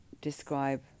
describe